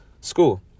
school